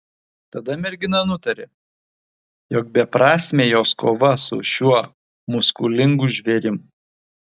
tada mergina nutarė jog beprasmė jos kova su šiuo muskulingu žvėrim